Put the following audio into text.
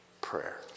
prayer